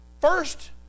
First